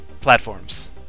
platforms